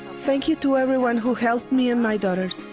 thank you to everyone who helped me and my daughter.